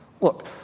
Look